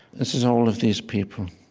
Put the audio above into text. this is all of these people,